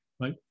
right